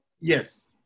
Yes